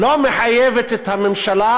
לא מחייבת את הממשלה